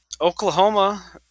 Oklahoma